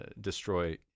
destroy